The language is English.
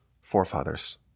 forefathers